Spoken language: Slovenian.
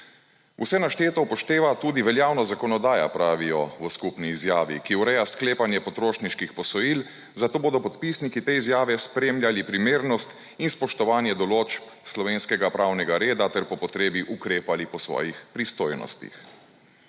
Vse našteto upošteva tudi veljavna zakonodaja, pravijo v skupni izjavi, ki ureja sklepanje potrošniških posojil, zato bodo podpisniki te izjave spremljali primernost in spoštovanje določb slovenskega pravnega reda ter po potrebi ukrepali po svojih pristojnostih.